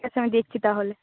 আমি দেখছি তাহলে